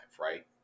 right